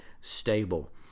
stable